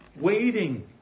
waiting